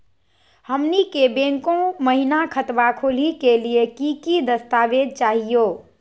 हमनी के बैंको महिना खतवा खोलही के लिए कि कि दस्तावेज चाहीयो?